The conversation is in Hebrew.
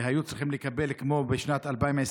שהיו צריכים לקבל כמו בשנת 2020,